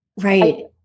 Right